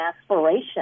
aspiration